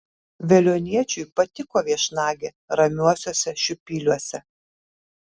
veliuoniečiui patiko viešnagė ramiuosiuose šiupyliuose